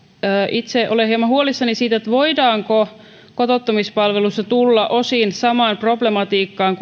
itse olen hieman huolissani siitä voidaanko kotouttamispalveluissa tulla osin samaan problematiikkaan